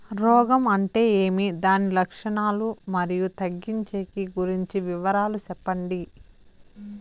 రోగం అంటే ఏమి దాని లక్షణాలు, మరియు తగ్గించేకి గురించి వివరాలు సెప్పండి?